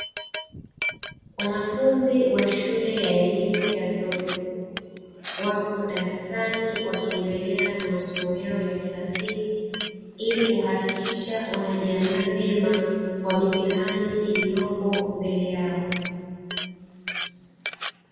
Wanafunzi wa shule ya elimu ya vyuo vikuu, wapo darasani wakiendelea na masomo yao ya kila siku ili kuhakikisha wanajiandaa vyema kwa mitihani iliyopo mbele yao.